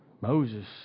Moses